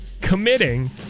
committing